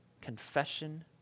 confession